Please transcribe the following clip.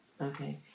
okay